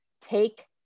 take